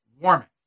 warming